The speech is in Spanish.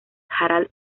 harald